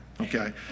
okay